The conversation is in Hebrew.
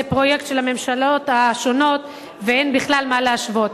זה פרויקט של הממשלות השונות ואין בכלל מה להשוות.